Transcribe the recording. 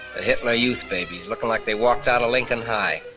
the hitler youth babies lookin' like they walked outta lincoln high.